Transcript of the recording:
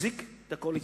לחיות כמו כל העמים.